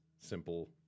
simple